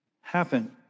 happen